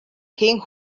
king